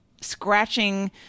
scratching